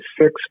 six